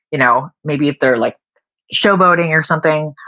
you know maybe if they're like showboating or something,